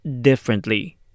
differently